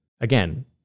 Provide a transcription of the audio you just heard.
Again